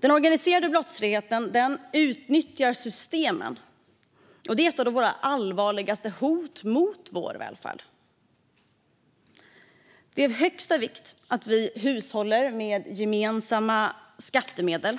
Den organiserade brottsligheten utnyttjar systemen, och det är ett av de allvarligaste hoten mot vår välfärd. Det är av största vikt att vi hushållar med våra gemensamma skattemedel.